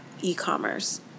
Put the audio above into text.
e-commerce